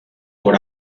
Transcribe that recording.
por